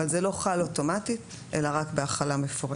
אבל זה לא חל אוטומטית אלא רק בהחלה מפורשת.